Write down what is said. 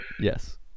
Yes